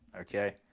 Okay